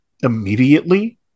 immediately